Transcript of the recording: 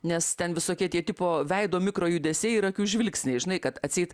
nes ten visokie tie tipo veido mikrojudesiai ir akių žvilgsniai žinai kad atseit